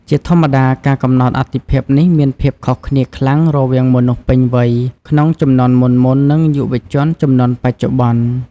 ជាធម្មតា ការកំណត់អាទិភាពនេះមានភាពខុសគ្នាខ្លាំងរវាងមនុស្សពេញវ័យក្នុងជំនាន់មុនៗ និងយុវជនជំនាន់បច្ចុប្បន្ន។